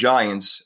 Giants